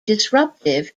disruptive